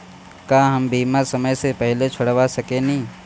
का हम बीमा समय से पहले छोड़वा सकेनी?